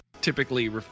typically